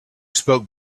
spoke